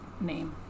name